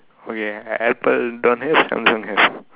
okay apple don't have Samsung has